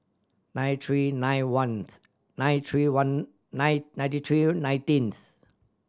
nine three nine ones nine three one nine ninety three nineteenth